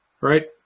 right